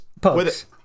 Pugs